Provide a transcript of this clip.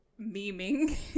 memeing